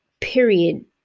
period